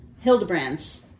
Hildebrand's